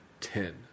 ten